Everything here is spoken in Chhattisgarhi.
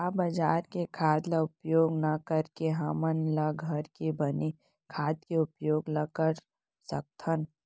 का बजार के खाद ला उपयोग न करके हमन ल घर के बने खाद के उपयोग ल कर सकथन?